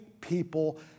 people